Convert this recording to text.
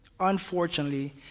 Unfortunately